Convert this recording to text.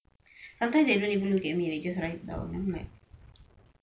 sometimes they don't even look at me they just write down I'm like